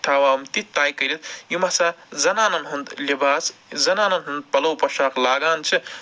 تھاوان تِتھۍ تٕے کٔرِتھ یِم ہسا زنانَن ہُنٛد لِباس زنانَن ہُنٛد پَلَو پۄشاک لاگان چھِ